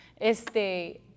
este